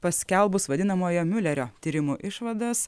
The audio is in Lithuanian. paskelbus vadinamojo miulerio tyrimų išvadas